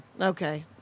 Okay